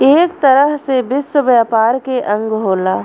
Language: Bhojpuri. एक तरह से विश्व व्यापार के अंग होला